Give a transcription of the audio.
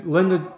Linda